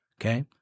okay